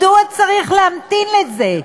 מדוע צריך להמתין לזה?